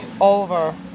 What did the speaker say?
over